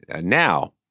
Now